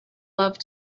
love